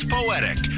Poetic